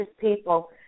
people